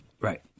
Right